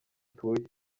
atuye